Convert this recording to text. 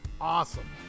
awesome